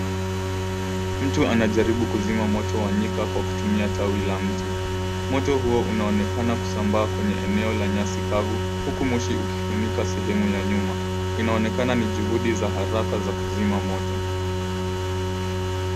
Mtu anajaribu kuzima moto wa nyika kwa kutumia tawi la mti. Moto huo unaonekana kusambaa kwenye eneo la nyasi kavu huku moshi ukifunika sehemu ya nyuma inaonekana ni juhudi za haraka za kuzima moto.